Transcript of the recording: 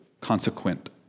consequent